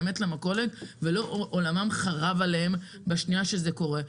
למכולת ולא שעולם חרד עליהם בשנייה שזה קורה.